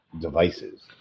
devices